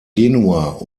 genua